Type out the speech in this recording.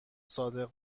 صادق